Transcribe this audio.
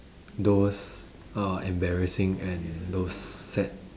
those uh embarrassing and those sad